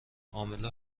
عامل